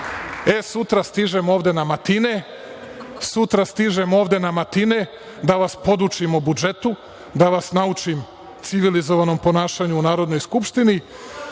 sutra stižem ovde na matine, da vas podučim o budžetu, da vas naučim civilizovanom ponašanju u Narodnoj skupštini,